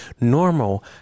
normal